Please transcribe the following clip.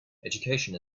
education